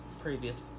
previous